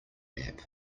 app